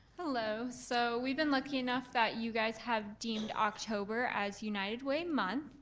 hello, so we've been lucky enough that you guys have deemed october as united way month,